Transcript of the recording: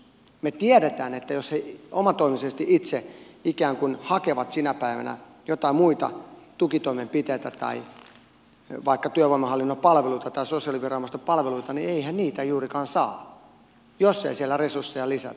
me tiedämme että jos he omatoimisesti itse ikään kuin hakevat sinä päivänä joitain muita tukitoimenpiteitä tai vaikka työvoimahallinnon palveluita tai sosiaaliviranomaisten palveluita niin eihän niitä juurikaan saa jos ei siellä resursseja lisätä